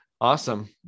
Awesome